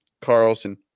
Carlson